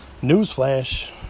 Newsflash